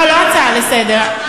לא, לא הצעה לסדר-היום.